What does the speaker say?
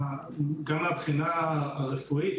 גם מהבחינה הרפואית,